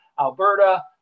Alberta